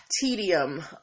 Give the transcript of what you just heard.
tedium